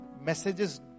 messages